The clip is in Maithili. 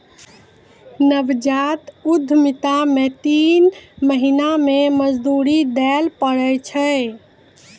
नवजात उद्यमिता मे तीन महीना मे मजदूरी दैल पड़ै छै